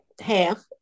half